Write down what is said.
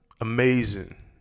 Amazing